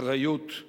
אחריות,